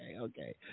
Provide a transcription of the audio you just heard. okay